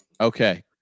Okay